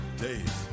days